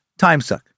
timesuck